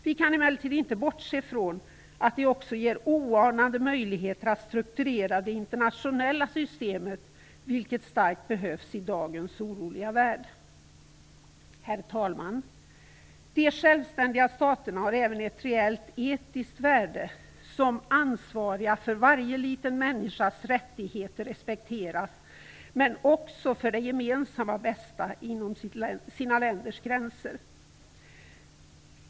Vi kan emellertid inte bortse ifrån att det också ger oanade möjligheter att strukturera det internationella systemet, vilket starkt behövs i dagens oroliga värld. Herr talman! De självständiga staterna har även ett reellt etiskt värde som ansvariga för att varje liten människas rättigheter respekteras men också för det gemensammas bästa inom sina länders gränser.